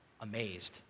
amazed